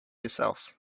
yourself